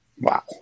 Wow